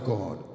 God